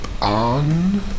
on